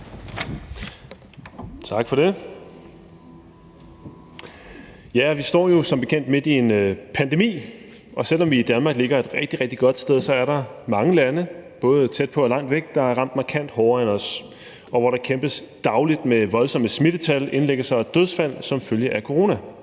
Tak for det. Vi står jo som bekendt midt i en pandemi, og selv om vi i Danmark ligger et rigtig, rigtig godt sted, er der mange lande, både tæt på og langt væk, der er ramt markant hårdere end os, og hvor der kæmpes dagligt med voldsomme smittetal, indlæggelser og dødsfald som følge af corona.